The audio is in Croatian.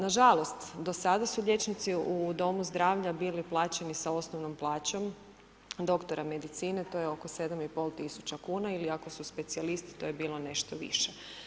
Nažalost, do sada su liječnici u domu zdravlja bili plaćeni sa osnovnom plaćom doktora medicine, to je oko 7500 kuna ili ako su specijalisti to je bilo nešto više.